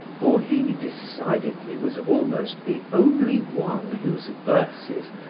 for he, decidedly, was almost the only one whose verses,